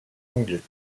anglais